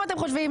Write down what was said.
אם אתם חושבים,